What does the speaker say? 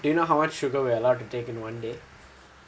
do you know how much sugar we are allowed to take in one day